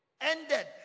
Ended